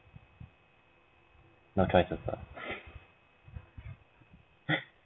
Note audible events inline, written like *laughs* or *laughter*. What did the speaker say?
no choice *laughs*